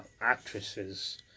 actresses